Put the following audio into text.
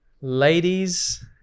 Ladies